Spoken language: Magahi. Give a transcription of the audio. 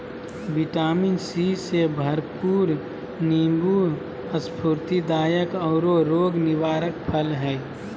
विटामिन सी से भरपूर नीबू स्फूर्तिदायक औरो रोग निवारक फल हइ